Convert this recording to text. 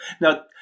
Now